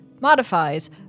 modifies